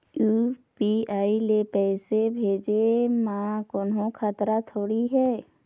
UPI ले पैसे भेजे म कोन्हो खतरा थोड़ी हे?